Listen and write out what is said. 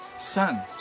Son